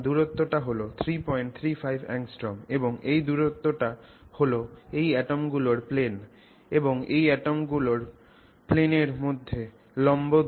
সুতরাং দূরত্বটা হল 335 angstroms এবং এই দূরত্বটা হল এই অ্যাটম গুলোর প্লেন এবং এই অ্যাটম গুলোর প্লেনের মধ্যে লম্ব দূরত্ব